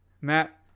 Matt